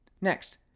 Next